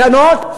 או לסכנות.